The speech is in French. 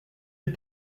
est